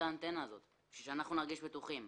האנטנה הזאת כדי שאנחנו נרגיש בטוחים?